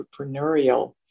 entrepreneurial